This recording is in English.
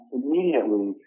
immediately